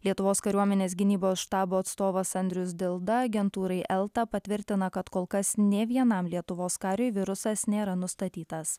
lietuvos kariuomenės gynybos štabo atstovas andrius dilda agentūrai elta patvirtina kad kol kas nė vienam lietuvos kariui virusas nėra nustatytas